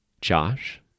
Josh